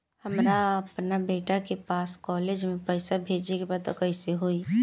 हमरा अपना बेटा के पास कॉलेज में पइसा बेजे के बा त कइसे होई?